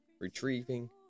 Retrieving